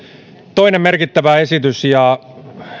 toinen merkittävä esitys ja